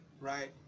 right